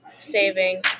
saving